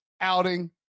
outing